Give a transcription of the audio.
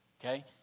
okay